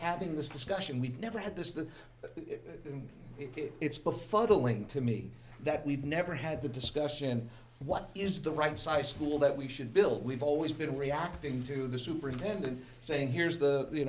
having this discussion we've never had this the and it it's befuddling to me that we've never had the discussion what is the right size school that we should build we've always been reacting to the superintendent saying here's the you